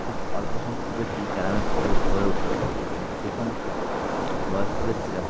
খুব অল্প সংখ্যক ব্যক্তি ক্যারামে দক্ষ হয়ে উটতে পারেন সে সমস্ত বয়স্ক ব্যক্তিরা